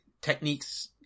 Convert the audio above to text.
techniques